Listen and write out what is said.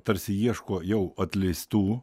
tarsi ieško jau atleistų